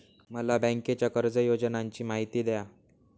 मला बँकेच्या कर्ज योजनांची माहिती द्या